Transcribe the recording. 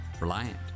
Reliant